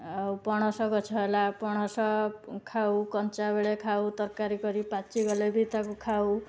ଆଉ ପଣସଗଛ ହେଲା ପଣସ ଖାଉ କଞ୍ଚା ବେଳେ ଖାଉ ତରକାରୀ କରି ପାଚିଗଲେ ବି ତାକୁ ଖାଉ